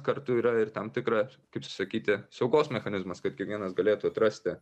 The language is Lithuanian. kartu yra ir tam tikra kaip sakyti saugos mechanizmas kad kiekvienas galėtų atrasti